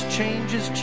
changes